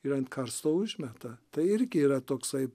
ir ant karsto užmeta tai irgi yra toksai